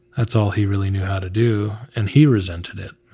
that's all he really knew how to do. and he resented it.